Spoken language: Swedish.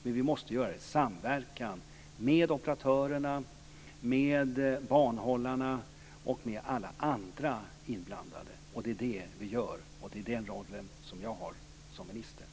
Men vi måste göra det i samverkan med operatörerna, med banhållarna och med alla andra inblandade. Det är det vi gör, och det är den rollen som jag har som minister.